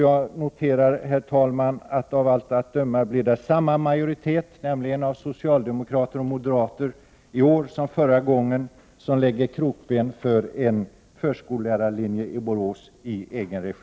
Jag noterar, herr talman, att det av allt att döma blir samma majoritet av socialdemokrater och moderater i år som förra gången, vilken lägger krokben för en förskollärarlinje i egen regi i Borås.